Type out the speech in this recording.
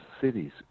cities